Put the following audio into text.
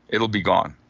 it'll be gone